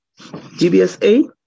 GBSA